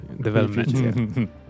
development